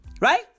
right